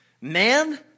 man